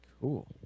Cool